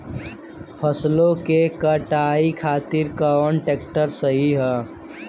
फसलों के कटाई खातिर कौन ट्रैक्टर सही ह?